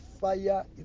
fire